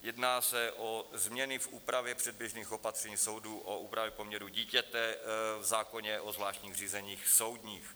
Jedná se o změny v úpravě předběžných opatření soudů o úpravě poměrů dítěte v zákoně o zvláštních řízeních soudních.